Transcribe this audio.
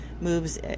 moves